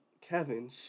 Kevin